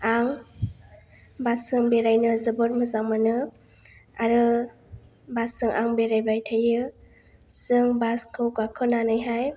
आं बास जों बेरायनो जोबोद मोजां मोनो आरो बास जों आं बेरायबाय थायो जों बासखौ गाखोनानैहाय